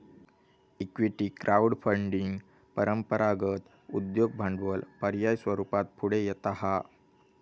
equity crowd funding परंपरागत उद्योग भांडवल पर्याय स्वरूपात पुढे येता हा